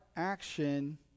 action